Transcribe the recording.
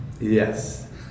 Yes